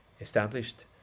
Established